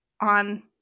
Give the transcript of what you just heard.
on